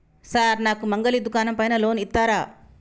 Sir నాకు మంగలి దుకాణం పైన లోన్ ఇత్తరా?